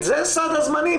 תגיד, זה סד הזמנים.